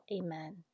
Amen